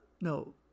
No